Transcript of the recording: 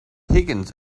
higgins